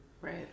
Right